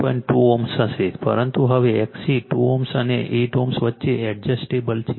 2 Ω હશે પરંતુ હવે XC 2 Ω અને 8 Ω વચ્ચે એડજસ્ટેબલ છે